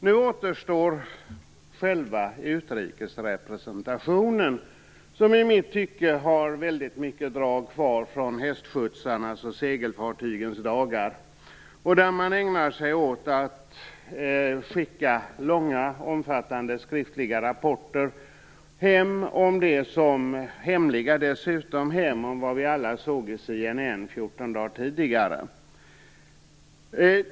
Nu återstår själva utrikesrepresentationen, som i mitt tycke har många drag kvar från hästskjutsarnas och segelfartygens dagar. Man ägnar sig åt att skicka hem långa, omfattande skriftliga - och dessutom hemliga - rapporter om vad vi alla såg i CNN fjorton dagar tidigare.